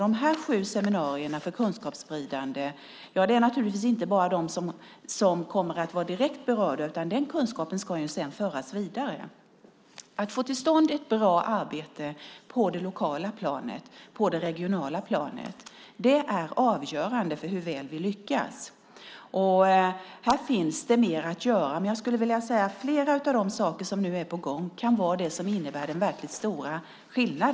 De här sju seminarierna för kunskapsspridande är naturligtvis inte bara till för dem som kommer att vara direkt berörda, utan den kunskapen ska sedan föras vidare. Att få till stånd ett bra arbete på det lokala och det regionala planet är avgörande för hur väl vi lyckas. Här finns det mer att göra. Jag skulle vilja säga att flera av de saker som nu är på gång kan innebära en verkligt stor skillnad.